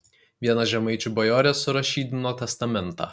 viena žemaičių bajorė surašydino testamentą